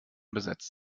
besetzt